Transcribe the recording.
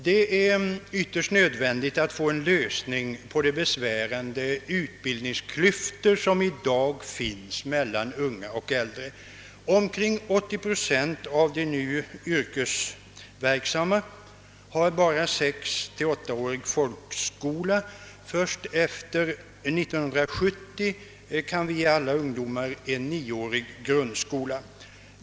Det är ytterst nödvändigt att brygga över de besvärande utbildningsklyftor som för närvarande finns mellan unga och äldre. Omkring 80 procent av de nu yrkesverksamma har endast sex-, sjueller åttaårig folkskola. Först efter år 1970 kan vi ge alla ungdomar en nioårig grundskoleutbildning.